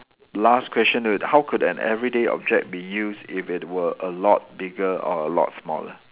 last question to it how could an everyday object be used if it were a lot bigger or a lot smaller